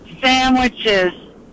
sandwiches